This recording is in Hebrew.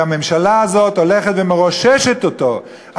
והממשלה הזאת הולכת ומרוששת אותו.